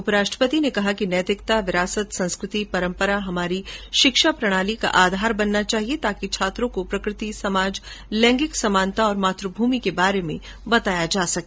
उपराष्ट्रपति ने कहा कि नैतिकता विरासत संस्कृति परंपरा हमारी शिक्षा प्रणाली का आधार बनना चाहिए ताकि छात्रों को प्रकृ ति समाज लैंगिक समानता और मातुभूमि के बारे में बताया जा सके